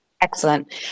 Excellent